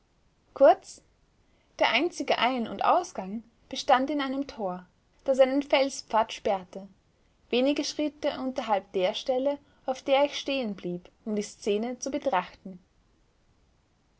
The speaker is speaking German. kurz der einzige ein und ausgang bestand in einem tor das einen felspfad sperrte wenige schritte unterhalb der stelle auf der ich stehen blieb um die szene zu betrachten